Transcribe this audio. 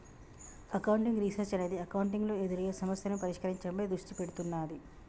accounting research అనేది accounting లో ఎదురయ్యే సమస్యలను పరిష్కరించడంపై దృష్టి పెడుతున్నాది